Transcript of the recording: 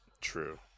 true